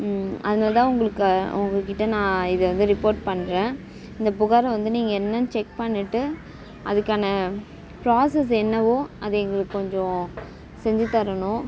அதனால்தான் உங்களுக்கு உங்கள் கிட்ட நான் இதை வந்து ரிப்போர்ட் பண்றேன் இந்த புகாரை வந்து நீங்கள் என்னென்னு செக் பண்ணிவிட்டு அதுக்கான ப்ராசஸ் என்னவோ அதை எங்களுக்கு கொஞ்சம் செஞ்சு தரணும்